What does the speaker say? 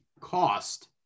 cost